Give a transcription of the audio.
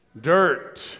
Dirt